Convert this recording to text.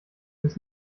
bist